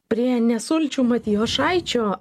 priėjo ne sulčių matijošaičio